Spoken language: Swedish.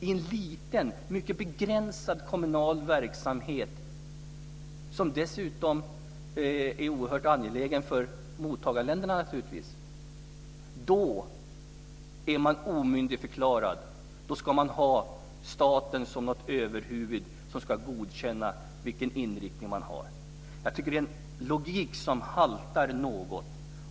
I en liten mycket begränsad kommunal verksamhet, som dessutom är oerhört angelägen för mottagarländerna, är kommunerna omyndigförklarade. Då ska staten som överhuvud godkänna vilken inriktning de har. Det är en logik som haltar något.